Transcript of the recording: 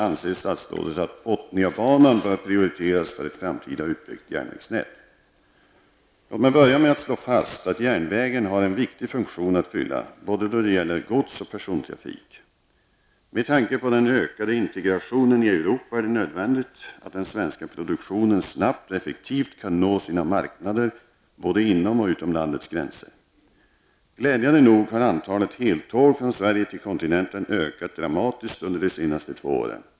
Anser statsrådet att Botniabanan bör prioriteras för ett framtida utbyggt järnvägsnät? Låt mig börja med att slå fast att järnvägen har en viktig funktion att fylla, då det gäller både godsoch persontrafik. Med tanke på den ökade integrationen i Europa är det nödvändigt att den svenska produktionen snabbt och effektivt kan nå sina marknader både inom och utom landets gränser. Glädjande nog har antalet heltåg från Sverige till kontinenten ökat dramatiskt under de senaste två åren.